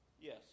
yes